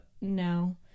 no